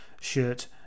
shirt